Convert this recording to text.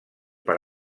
per